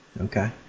Okay